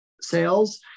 sales